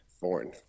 Born